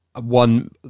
one